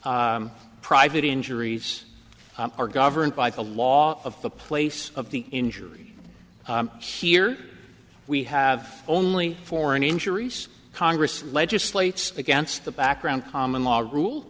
private injuries are governed by the law of the place of the injury here we have only foreign injuries congress legislates against the background common law